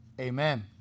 amen